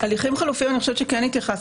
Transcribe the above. להליכים חלופיים כן התייחסתי,